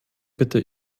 bitte